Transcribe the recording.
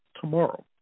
tomorrow